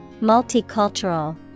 Multicultural